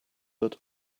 but